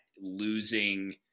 losing